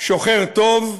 שוחר טוב,